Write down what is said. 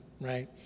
right